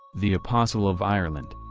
the apostle of ireland.